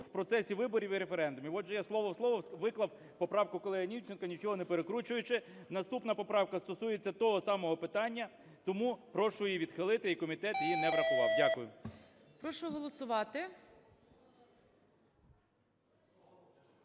в процесі виборів і референдумів". Отже, я слово в слово виклав поправку колеги Німченка, нічого не перекручуючи. Наступна поправка стосується того самого питання, тому прошу її відхилити і комітет її не врахував. Дякую.